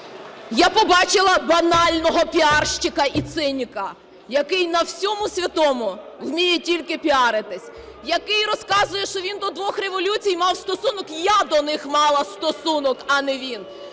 Я побачила банального піарщика і циніка, який на всьому святому вміє тільки піаритись, який розказує, що він до двох революцій мав стосунок. Я до них мала стосунок! А не він!